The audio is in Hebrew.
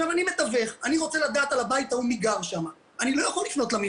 אני מתווך ואני רוצה לדעת מי גר בבית ההוא,